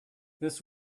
this